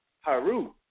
Haru